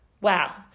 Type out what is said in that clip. wow